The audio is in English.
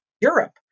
Europe